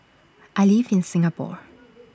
I live in Singapore